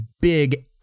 big